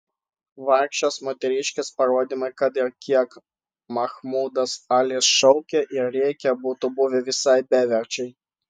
vargšės moteriškės parodymai kad ir kiek mahmudas alis šaukė ir rėkė būtų buvę visai beverčiai